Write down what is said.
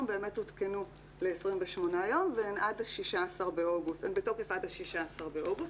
באמת הותקנו ל-28 יום והן בתוקף עד ה-16 באוגוסט,